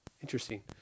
Interesting